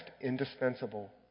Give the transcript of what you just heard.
indispensable